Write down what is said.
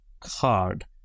card